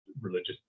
religious